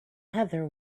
heather